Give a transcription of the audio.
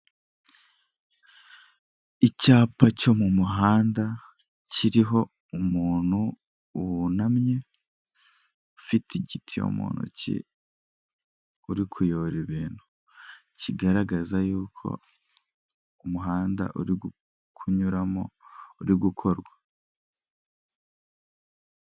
Icyapa cyo mu muhanda kiriho umuntu wunamye, ufite igiti mu ntoki, uri kuyobora ibintu. Kigaragaza yuko umuhanda uri kunyuramo uri gukorwa.